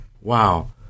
Wow